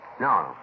No